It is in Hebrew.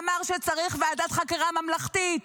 שאמר שצריך ועדת חקירה ממלכתית?